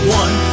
one